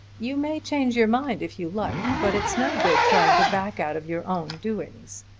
you may change your mind if you like but it's no good trying to back out of your own doings.